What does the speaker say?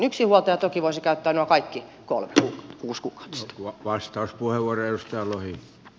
yksinhuoltaja toki voisi käyttää nuo kaikki kolme kuusikuukautista